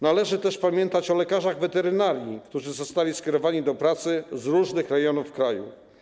Należy też pamiętać o lekarzach weterynarii, którzy zostali skierowani do pracy z różnych rejonów kraju.